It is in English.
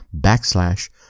backslash